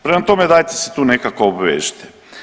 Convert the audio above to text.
Prema tome dajte se tu nekako obvežite.